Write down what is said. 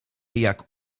jak